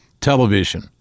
television